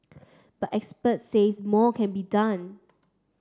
but experts says more can be done